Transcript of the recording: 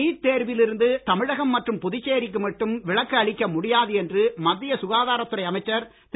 NEET தேர்வில் இருந்து தமிழகம் மற்றும் புதுச்சேரிக்கு மட்டும் விலக்கு அளிக்க முடியாது என்று மத்திய சுகாதாரத் துறை அமைச்சர் திரு